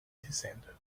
dizendo